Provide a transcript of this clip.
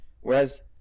whereas